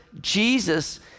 Jesus